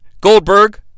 Goldberg